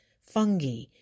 fungi